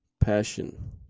Passion